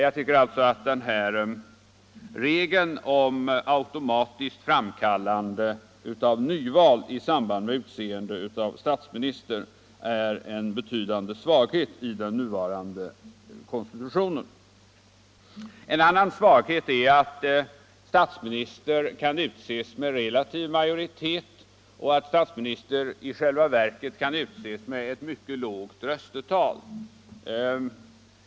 Jag tycker alltså att regeln om automatiskt framkallande av nyval i samband med utseende av statsminister är en betydande svaghet i den nuvarande konstitutionen. Ytterligare en svaghet är att statsminister kan utses med relativ majoritet och i själva verket med ett mycket lågt röstetal.